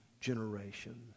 generation